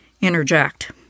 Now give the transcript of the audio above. interject